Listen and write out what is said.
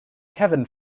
kevin